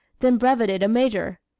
then brevetted a major.